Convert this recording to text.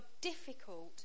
difficult